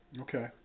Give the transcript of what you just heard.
Okay